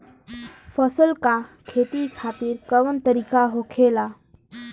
फसल का खेती खातिर कवन तरीका होखेला?